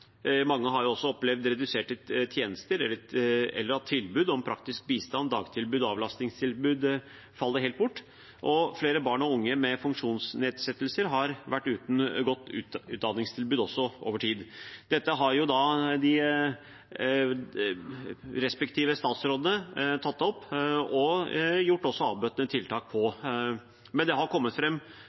Mange har opplevd reduserte tjenester eller at tilbud om praktisk bistand, dagtilbud og avlastningstilbud faller helt bort. Flere barn og unge med funksjonsnedsettelse har vært uten et godt utdanningstilbud over tid. Dette har de respektive statsrådene tatt opp og satt i verk avbøtende tiltak mot. Men det har kommet